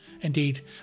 Indeed